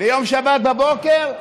ויום שבת בבוקר,